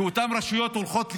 כי אותן רשויות הולכות לקרוס.